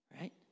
right